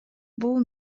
бул